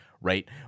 Right